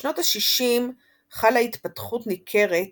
משנות ה-60 חלה התפתחות ניכרת